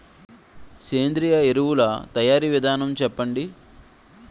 సేంద్రీయ ఎరువుల తయారీ విధానం చెప్పండి?